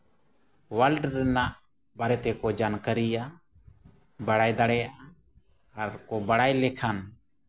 world ᱨᱮᱱᱟᱜ ᱵᱟᱨᱮ ᱛᱮᱠᱚ ᱡᱟᱱᱠᱟᱨᱤᱭᱟ ᱵᱟᱲᱟᱭ ᱫᱟᱲᱮᱭᱟᱜᱼᱟ ᱟᱨ ᱠᱚ ᱵᱟᱲᱟᱭ ᱞᱮᱠᱷᱟᱱ